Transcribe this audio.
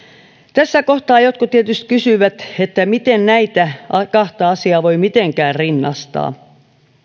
tässä kohtaa jotkut tietysti kysyvät miten näitä kahta asiaa voi mitenkään rinnastaa